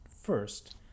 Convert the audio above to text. first